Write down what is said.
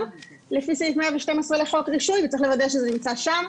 לפי סעיף 112 לחוק רישוי וצריך לוודא שזה נמצא שם.